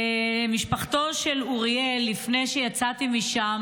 משפחתו של אוריאל, לפני שיצאתי משם